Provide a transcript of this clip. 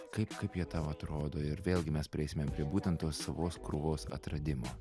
kaip kaip jie tau atrodo ir vėlgi mes prieisime prie būtent tos vos krūvos atradimo